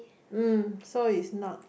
mm so it's not